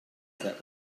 that